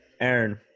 Aaron